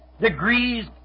degrees